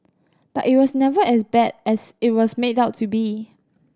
but it was never as bad as it was made out to be